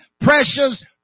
precious